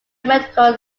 medical